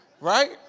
Right